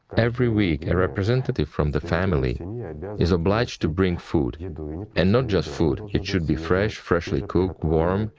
every week a representative from the family and yeah is obliged to bring food. yeah and not just food, it should be fresh, freshly cooked, warm,